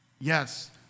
Yes